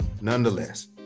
Nonetheless